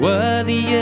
Worthy